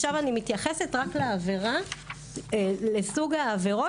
עכשיו אני מתייחסת רק לסוג העבירות